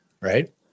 right